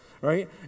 Right